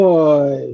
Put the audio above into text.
Boy